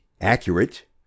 accurate